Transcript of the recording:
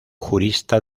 jurista